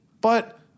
But-